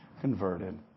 converted